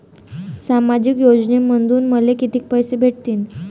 सामाजिक योजनेमंधून मले कितीक पैसे भेटतीनं?